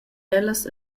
ellas